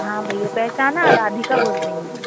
हाँ भैया पहचाना राधिका बोल रही हूँ मैं